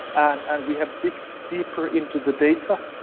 and and we have digged deeper into the data,